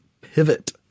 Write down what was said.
pivot